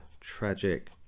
tragic